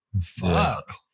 Fuck